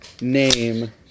name